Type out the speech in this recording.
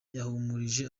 yahumurije